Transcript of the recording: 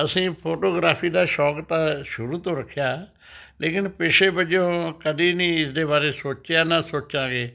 ਅਸੀਂ ਫੋਟੋਗ੍ਰਾਫ਼ੀ ਦਾ ਸ਼ੌਕ ਤਾਂ ਸ਼ੁਰੂ ਤੋਂ ਰੱਖਿਆ ਲੇਕਿਨ ਪੇਸ਼ੇ ਵਜੋਂ ਕਦੀ ਨਹੀਂ ਇਸਦੇ ਬਾਰੇ ਸੋਚਿਆ ਨਾ ਸੋਚਾਂਗੇ